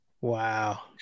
Wow